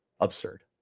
absurd